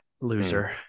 Loser